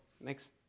next